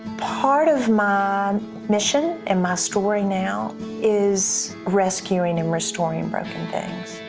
part of my mission and my story now is rescuing and restoring broken things.